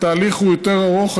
התהליך הוא יותר ארוך,